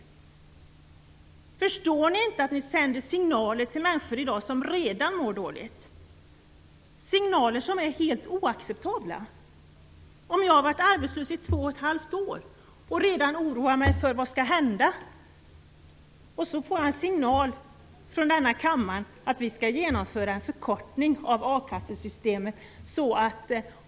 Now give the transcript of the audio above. Förstår ni inte att ni sänder signaler till människor som redan i dag mår dåligt, signaler som är helt oacceptabla? Om jag har varit arbetslös i två och ett halvt år och redan oroar mig för vad som skall hända känns det inte bra att få en signal från denna kammare att en förkortning av a-kassesystemet skall genomföras.